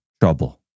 trouble